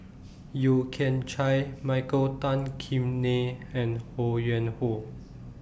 Yeo Kian Chai Michael Tan Kim Nei and Ho Yuen Hoe